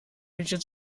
hühnchen